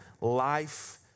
life